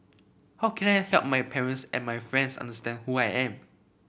how can I help my parents and my friends understand who I am